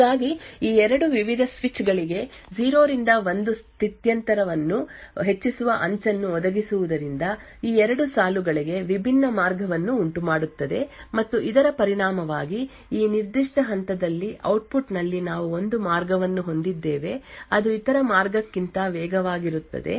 ಹೀಗಾಗಿ ಈ ವಿವಿಧ ಸ್ವಿಚ್ ಗಳಿಗೆ 0 ರಿಂದ 1 ಸ್ಥಿತ್ಯಂತರವನ್ನು ಹೆಚ್ಚಿಸುವ ಅಂಚನ್ನು ಒದಗಿಸುವುದರಿಂದ ಈ 2 ಸಾಲುಗಳಿಗೆ ವಿಭಿನ್ನ ಮಾರ್ಗವನ್ನು ಉಂಟುಮಾಡುತ್ತದೆ ಮತ್ತು ಇದರ ಪರಿಣಾಮವಾಗಿ ಈ ನಿರ್ದಿಷ್ಟ ಹಂತದಲ್ಲಿ ಔಟ್ಪುಟ್ ನಲ್ಲಿ ನಾವು ಒಂದು ಮಾರ್ಗವನ್ನು ಹೊಂದಿದ್ದೇವೆ ಅದು ಇತರ ಮಾರ್ಗಕ್ಕಿಂತ ವೇಗವಾಗಿರುತ್ತದೆ